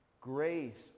Grace